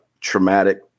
traumatic